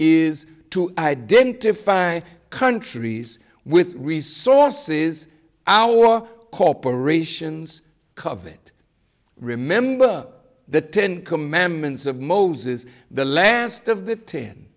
is to identify countries with resources our corporations covet remember the ten commandments of moses the last